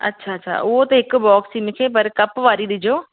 अच्छा अच्छा उहो त हिक बॉक्स ई मूंखे पर कप वारी ॾिजो